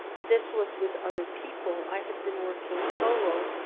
this was with other people. i had been working solo,